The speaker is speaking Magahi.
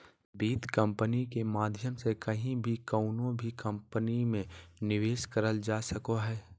वित्त कम्पनी के माध्यम से कहीं भी कउनो भी कम्पनी मे निवेश करल जा सको हय